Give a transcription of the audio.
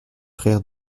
frère